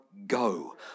Go